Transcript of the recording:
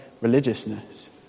religiousness